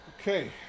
okay